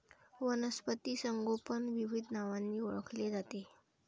वनस्पती संगोपन विविध नावांनी ओळखले जाते